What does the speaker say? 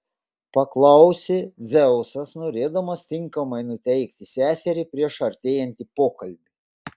paklausė dzeusas norėdamas tinkamai nuteikti seserį prieš artėjantį pokalbį